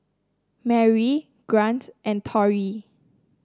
Merri Grant and Torie